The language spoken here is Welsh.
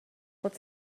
bod